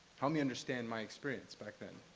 helped me understand my experience back then.